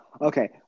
Okay